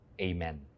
amen